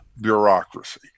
bureaucracy